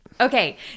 Okay